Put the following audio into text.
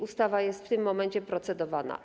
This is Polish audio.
Ustawa jest w tym momencie procedowana.